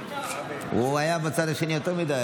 הוא היה בצד השני יותר מדי,